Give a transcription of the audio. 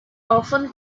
often